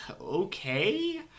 okay